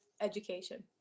education